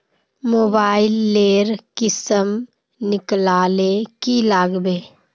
Mobile लेर किसम निकलाले की लागबे?